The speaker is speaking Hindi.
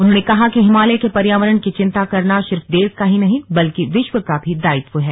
उन्होंने कहा कि हिमालय के पर्यावरण की चिंता करना सिर्फ देश का ही नहीं बल्कि विश्व का भी दायित्व है